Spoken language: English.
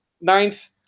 ninth